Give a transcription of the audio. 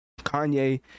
Kanye